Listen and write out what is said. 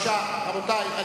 רבותי,